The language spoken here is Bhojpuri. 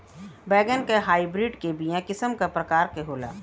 बैगन के हाइब्रिड के बीया किस्म क प्रकार के होला?